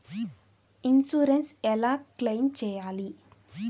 Insurance ఎలా claim చేయాలి?